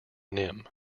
nim